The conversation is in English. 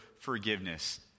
forgiveness